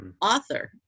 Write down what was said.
author